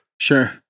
Sure